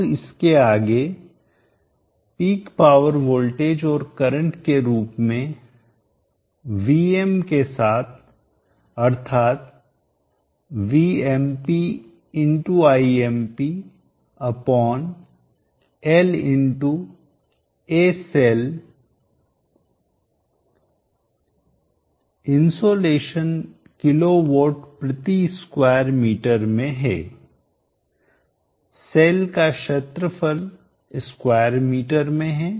और इसके आगे पीक पावर वोल्टेज और करंट के रूप में Vm के साथ अर्थात VmpImpLAcell इन्सोलेशन किलोवाट प्रति स्क्वायर मीटर में है सेल का क्षेत्रफल एरिया स्क्वायर मीटर में है